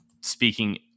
speaking